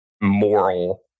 moral